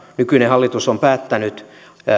nykyinen hallitus on päättänyt